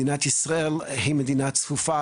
מדינת ישראל היא מדינה צפופה,